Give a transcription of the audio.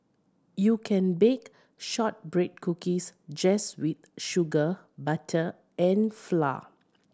you can bake shortbread cookies just with sugar butter and flour